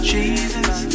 Jesus